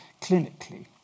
clinically